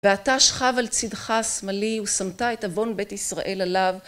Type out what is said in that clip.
ואתה שכב על צדך השמאלי ושמתה את אבון בית ישראל עליו